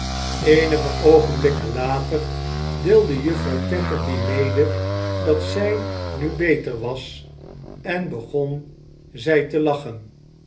eenige oogenblikken later deelde juffrouw tetterby mede dat zij nu beter was en begon zij te lachen